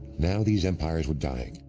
now these empires were dying,